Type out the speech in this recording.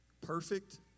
perfect